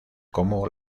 como